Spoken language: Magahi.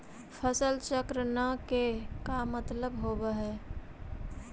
फसल चक्र न के का मतलब होब है?